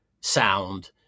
sound